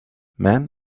man